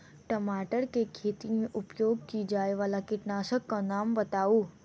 टमाटर केँ खेती मे उपयोग की जायवला कीटनासक कऽ नाम बताऊ?